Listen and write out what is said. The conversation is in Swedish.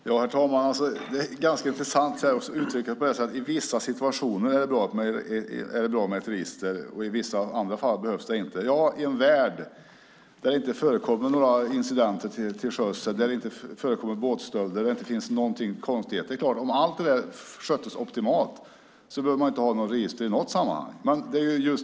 Herr talman! Det är ganska intressant när det uttrycks så att det "vid vissa tillfällen" är bra med ett register medan det i andra fall inte behövs. Det kunde gälla i en värld där det inte sker några incidenter till sjöss, där det inte förekommer båtstölder, där det inte finns några konstigheter. Om allt detta sköttes optimalt skulle vi inte behöva ha register i några sammanhang.